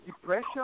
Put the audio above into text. depression